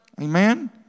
Amen